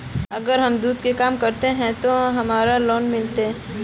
अगर हम दूध के काम करे है ते हमरा लोन मिलते?